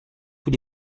tous